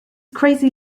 crazy